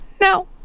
no